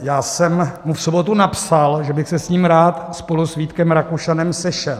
Já jsem mu v sobotu napsal, že bych se s ním rád spolu s Vítkem Rakušanem sešel.